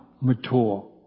mature